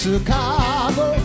Chicago